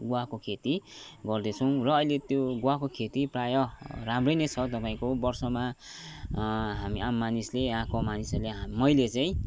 गुवाको खेती गर्दैछौँ र अहिले त्यो गुवाको खेती प्रायः राम्रै नै छ तपाईँको वर्षमा हामी आम मानिसले यहाँको मानिसहरूले मैले चाहिँ